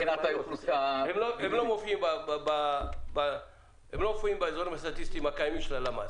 הם לא מופיעים באזורים הסטטיסטיים הקיימים של הלמ"ס.